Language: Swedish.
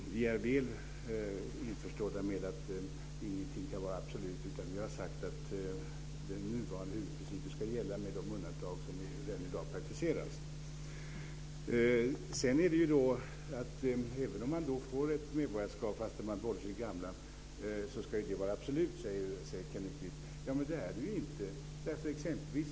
Vi är väl införstådda med att ingenting kan vara absolut, utan vi har sagt att den nuvarande huvudprincipen ska gälla med de undantag som redan i dag praktiseras. Även om man får ett medborgarskap fastän man behåller sitt gamla ska det vara absolut, säger Kenneth Kvist. Men det är det ju inte.